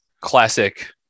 classic